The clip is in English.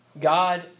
God